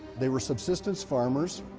they were subsistence farmers.